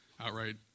outright